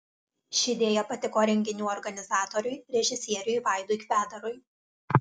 ši idėja patiko renginių organizatoriui režisieriui vaidui kvedarui